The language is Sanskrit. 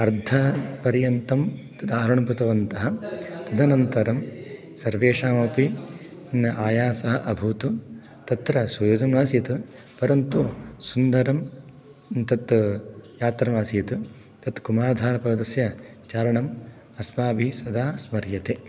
अर्धपर्यन्तम् तद् आरोहणं कृतवन्तः तदनन्तरं सर्वेषामपि न् आयासः अभूत् तत्र परन्तु सुन्दरं तत् यात्रा आसीत् तत् कुमाधार्पर्वतस्य चारणम् अस्माभिः सदा स्मर्यते